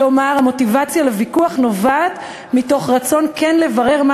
כלומר המוטיבציה לוויכוח היא רצון כן לברר מה